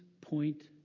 point